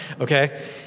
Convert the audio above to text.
okay